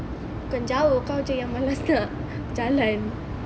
bukan jauh kau jer yang malas nak jalan